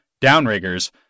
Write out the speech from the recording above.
downriggers